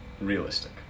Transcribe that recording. realistic